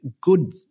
good